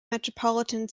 metropolitan